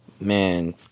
Man